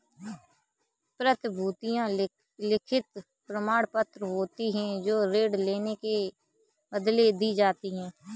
प्रतिभूतियां लिखित प्रमाणपत्र होती हैं जो ऋण लेने के बदले दी जाती है